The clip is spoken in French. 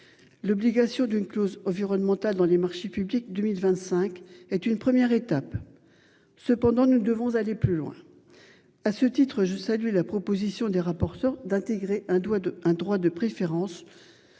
L'obligation d'une clause environnementale dans les marchés publics. 2025 est une première étape. Cependant nous devons aller plus loin. À ce titre je salue la proposition des rapporteurs d'intégrer un doigt d'un droit de préférence.